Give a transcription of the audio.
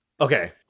okay